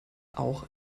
auch